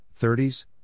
30s